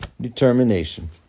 determination